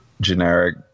generic